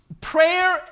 Prayer